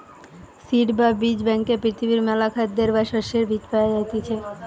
seed বা বীজ ব্যাংকে পৃথিবীর মেলা খাদ্যের বা শস্যের বীজ পায়া যাইতিছে